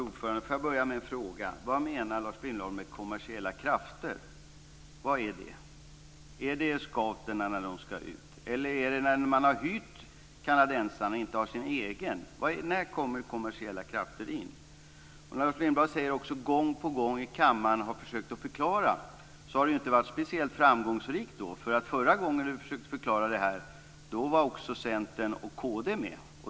Fru talman! Jag vill börja med en fråga. Vad menar Lars Lindblad med kommersiella krafter? Vad är det? Är det scouterna när de ska ut? Eller är det när man har hyrt kanadensaren och inte har sin egen? När kommer kommersiella krafter in? Lars Lindblad säger att han gång på gång i kammaren har försökt att förklara. Det har i så fall inte varit speciellt framgångsrikt. Förra gången han försökte förklara det var också Centern och kd med.